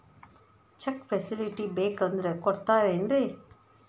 Check facility ಬೇಕಂದ್ರ ಕೊಡ್ತಾರೇನ್ರಿ?